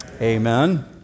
Amen